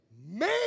man